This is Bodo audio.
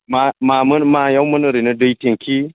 मा मामोन मायावमोन ओरैनो दै टेंखि